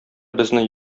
безне